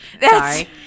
sorry